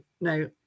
no